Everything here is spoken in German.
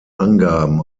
angaben